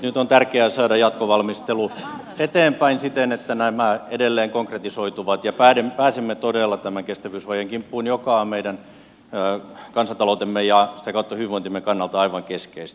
nyt on tärkeää saada jatkovalmistelu eteenpäin siten että nämä edelleen konkretisoituvat ja pääsemme todella tämän kestävyysvajeen kimppuun joka on meidän kansantaloutemme ja sitä kautta hyvinvointimme kannalta aivan keskeistä